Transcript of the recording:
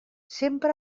sempre